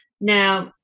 Now